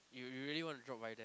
you you really want to drop by there